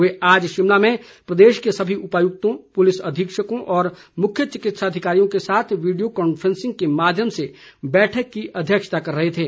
वे आज शिमला में प्रदेश के सभी उपायुक्तों पुलिस अधीक्षकों और मुख्य चिकित्सा अधिकारियों के साथ वीडियो कॉन्फ्रेंसिंग के माध्यम से बैठक की अध्यक्षता कर रहे थे